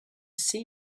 see